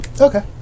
Okay